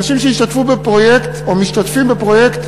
אנשים המשתתפים בפרויקט